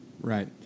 right